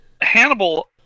Hannibal